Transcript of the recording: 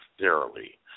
thoroughly